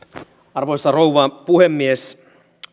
arvoisa rouva puhemies